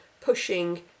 pushing